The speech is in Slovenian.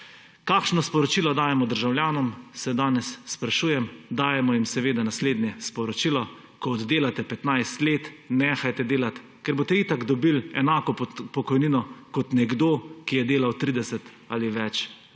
Kakšno sporočilo dajemo državljanom, se danes sprašujem. Dajemo jim seveda naslednje sporočilo – ko oddelate 15 let, nehajte delati, ker boste itak dobili enako pokojnino kot nekdo, ki je delal 30 ali več